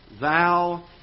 thou